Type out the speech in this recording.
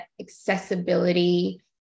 accessibility